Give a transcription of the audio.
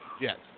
yes